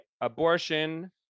abortion